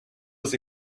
jsi